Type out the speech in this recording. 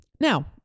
now